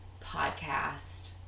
podcast